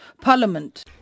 Parliament